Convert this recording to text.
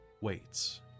waits